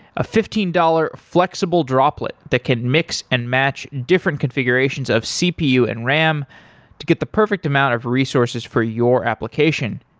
a fifteen dollars flexible droplet that can mix and match different configurations of cpu and ram to get the perfect amount of resources for your application.